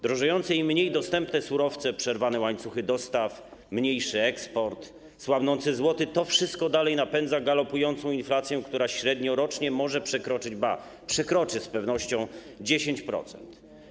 Drożejące i mniej dostępne surowce, przerwane łańcuchy dostaw, mniejszy eksport, słabnący złoty - to wszystko dalej napędza galopującą inflację, która średniorocznie może przekroczyć, ba, przekroczy z pewnością 10%.